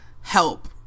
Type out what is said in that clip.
help